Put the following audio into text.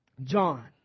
John